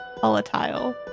volatile